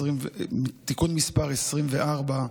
24),